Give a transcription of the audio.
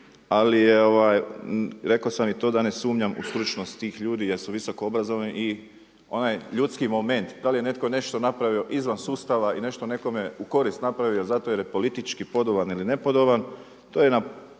Ali rekao sam i to da ne sumnjam u stručnost tih ljudi jer su visokoobrazovani i onaj ljudski moment da li je netko nešto napravio izvan sustava i nešto nekome u korist napravio zato jer je politički podoban ili nepodoban to je na